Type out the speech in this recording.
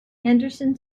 henderson